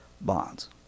bonds